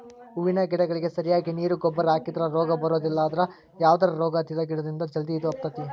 ಹೂವಿನ ಗಿಡಗಳಿಗೆ ಸರಿಯಾಗಿ ನೇರು ಗೊಬ್ಬರ ಹಾಕಿದ್ರ ರೋಗ ಬರೋದಿಲ್ಲ ಅದ್ರ ಯಾವದರ ರೋಗ ಹತ್ತಿದ ಗಿಡದಿಂದ ಜಲ್ದಿ ಇದು ಹಬ್ಬತೇತಿ